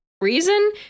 reason